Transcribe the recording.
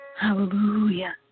Hallelujah